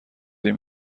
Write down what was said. این